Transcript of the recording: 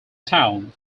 town